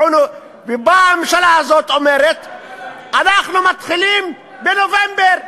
ובאה הממשלה הזאת ואומרת: אנחנו מתחילים בנובמבר.